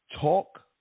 talk